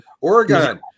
Oregon